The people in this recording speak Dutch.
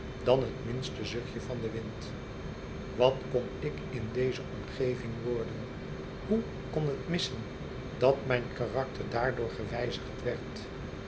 dan het minste zuchtje van den wind wat kon ik in deze omgeving worden hoe kon het missen dat mijn karakter daar door gewijzigd werd